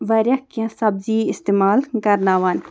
واریاہ کینٛہہ سبزی استعمال کَرناوان